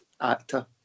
actor